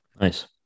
Nice